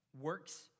works